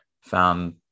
found